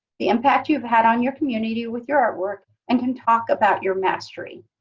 the impact you've had on your community with your artwork, and can talk about your mastery.